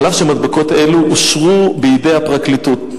אף שמדבקות אלה אושרו על-ידי הפרקליטות.